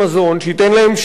שייתן להם שתייה,